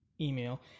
email